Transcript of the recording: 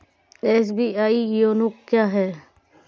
SBI YONO क्या है?